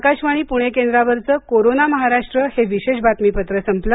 आकाशवाणी पुणे केंद्रावरचं कोरोना महाराष्ट्र हे विशेष बातमीपत्र संपलं